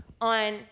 on